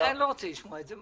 אני לא רוצה לשמוע את זה,